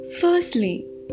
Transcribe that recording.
Firstly